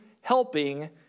helping